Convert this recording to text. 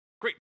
Great